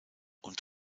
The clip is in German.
und